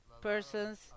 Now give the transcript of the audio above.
persons